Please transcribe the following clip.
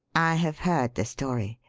i have heard the story.